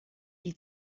die